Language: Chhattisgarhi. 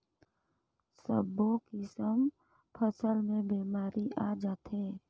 सब्बो किसम फसल मे बेमारी आ जाथे